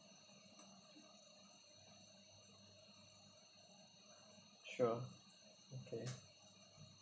sure okay